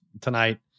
tonight